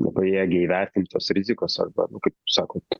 nepajėgia įvertint tos rizikos arba kaip sakot